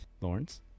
Lawrence